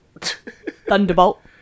Thunderbolt